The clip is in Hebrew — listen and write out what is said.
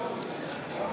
56 מתנגדים, נמנע